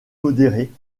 modérée